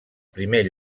primer